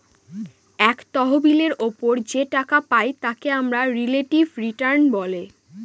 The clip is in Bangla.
এক তহবিলের ওপর যে টাকা পাই তাকে আমরা রিলেটিভ রিটার্ন বলে